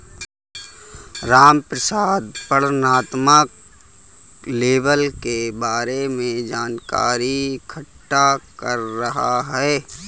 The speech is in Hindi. रामप्रसाद वर्णनात्मक लेबल के बारे में जानकारी इकट्ठा कर रहा है